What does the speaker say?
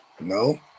No